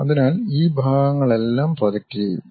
അതിനാൽ ഈ ഭാഗങ്ങളെല്ലാം പ്രൊജക്റ്റ് ചെയ്യും